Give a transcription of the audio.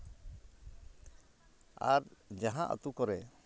ᱟᱨ ᱡᱟᱦᱟᱸ ᱟᱛᱳ ᱠᱚᱨᱮ